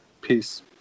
Peace